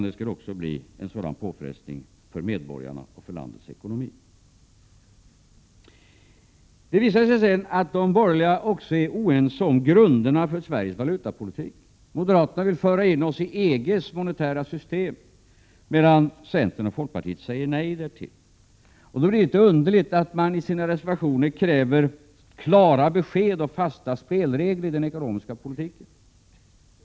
Det skulle bli en sådan påfrestning även för medborgarna och för landets ekonomi. Det visade sig sedan att de borgerliga också är oense om grunderna för Sveriges valutapolitik. Moderaterna vill föra in Sverige i EG:s monetära system, medan centern och folkpartiet säger nej därtill. Då är det litet underligt att de borgerliga i sina reservationer kräver klara besked och fasta spelregler i den ekonomiska politiken.